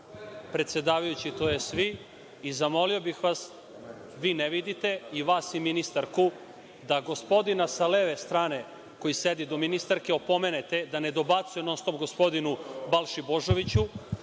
predsedavajući, tj. vi. Zamolio bih vas, vi ne vidite, i ministarku da gospodina sa leve strane, koji sedi do ministarke, opomenete da ne dobacuje non-stop gospodinu Balši Božoviću.